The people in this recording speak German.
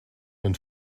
man